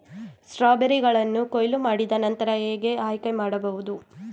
ಸ್ಟ್ರಾಬೆರಿಗಳನ್ನು ಕೊಯ್ಲು ಮಾಡಿದ ನಂತರ ಹೇಗೆ ಆಯ್ಕೆ ಮಾಡಬಹುದು?